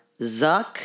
Zuck